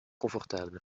confortable